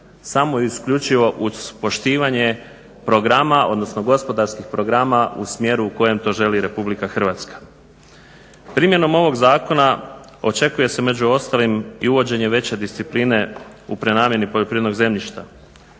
samo i isključivo uz poštivanje programa, odnosno gospodarskih programa u smjeru u kojem to želi i RH. Primjenom ovog zakona očekuje se među ostalim i uvođenje veće discipline u prenamjeni poljoprivrednog zemljišta.